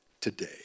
today